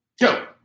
Go